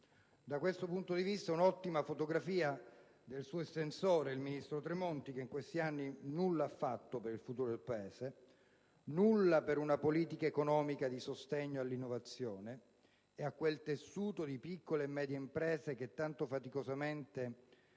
Da questo punto di vista è un'ottima fotografia del suo estensore, il ministro Tremonti, che in questi anni nulla ha fatto per il futuro del Paese; nulla per una politica economica di sostegno all'innovazione e a quel tessuto di piccole e medie imprese che tanto faticosamente sta